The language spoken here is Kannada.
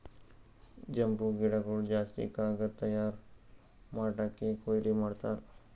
ಬಂಬೂ ಗಿಡಗೊಳ್ ಜಾಸ್ತಿ ಕಾಗದ್ ತಯಾರ್ ಮಾಡ್ಲಕ್ಕೆ ಕೊಯ್ಲಿ ಮಾಡ್ತಾರ್